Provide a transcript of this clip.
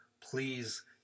Please